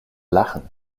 lachen